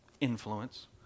influence